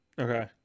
Okay